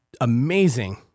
amazing